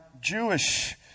Jewish